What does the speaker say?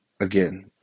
again